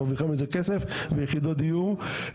מרוויחה מזה כסף ויחידות דיור.